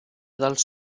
dels